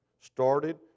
started